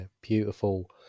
beautiful